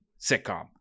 sitcom